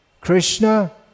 Krishna